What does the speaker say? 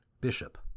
Bishop